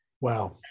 Wow